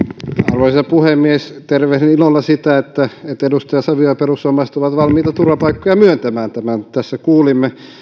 arvoisa puhemies tervehdin ilolla sitä että edustaja savio ja perussuomalaiset ovat valmiita turvapaikkoja myöntämään tämän tässä kuulimme